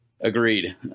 Agreed